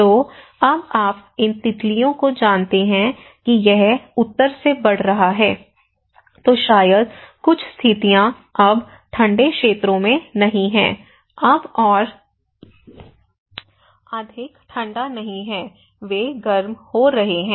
तो अब आप इन तितलियों को जानते हैं कि यह उत्तर से बढ़ रहा है तो शायद कुछ स्थितियां अब ठंडे क्षेत्रों में नहीं हैं अब और अधिक ठंडा नहीं है वे गर्म हो रहे हैं